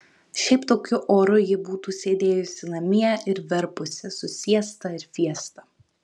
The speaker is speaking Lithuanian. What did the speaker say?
šiaip tokiu oru ji būtų sėdėjusi namie ir verpusi su siesta ir fiesta